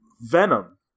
Venom